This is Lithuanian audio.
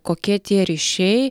kokie tie ryšiai